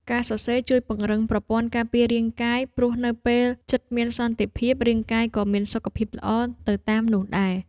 ការសរសេរជួយពង្រឹងប្រព័ន្ធការពាររាងកាយ ព្រោះនៅពេលចិត្តមានសន្តិភាព រាងកាយក៏មានសុខភាពល្អទៅតាមនោះដែរ។